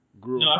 grew